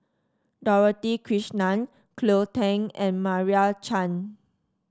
Dorothy Krishnan Cleo Thang and Meira Chand